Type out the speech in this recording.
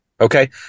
Okay